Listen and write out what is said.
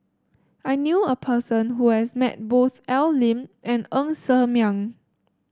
I knew a person who has met both Al Lim and Ng Ser Miang